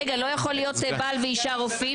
רגע, לא יכול להיות בעל ואישה רופאים?